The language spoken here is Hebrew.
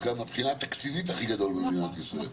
הכי גדול מבחינה תקציבית במדינת ישראל.